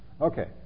Okay